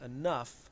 enough